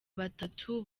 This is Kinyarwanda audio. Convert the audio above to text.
batatu